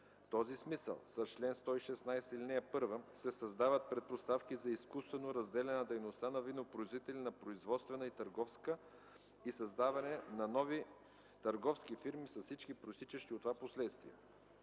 В този смисъл с чл. 116, ал. 1 се създават предпоставки за изкуствено разделяне на дейността на винопроизводители на производствена и търговска и създаване на нови търговски фирми с всички произтичащи от това последствия.